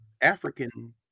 African